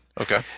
Okay